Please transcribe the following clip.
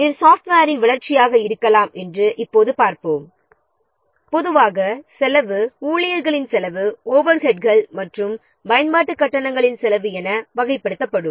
இது சாஃப்ட்வேரின் வளர்ச்சியாக இருக்கலாம் என்று இப்போது பார்ப்போம் பொதுவாக செலவுகள் ஊழியர்களின் செலவு ஓவர்ஹெட்கள் மற்றும் பயன்பாட்டுக் கட்டணங்களின் செலவு என வகைப்படுத்தப்படும்